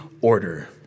order